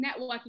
networking